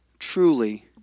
truly